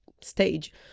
stage